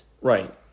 Right